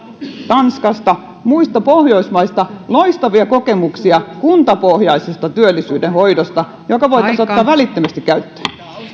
tanskasta muista pohjoismaista loistavia kokemuksia kuntapohjaisesta työllisyyden hoidosta joka voitaisiin ottaa välittömästi käyttöön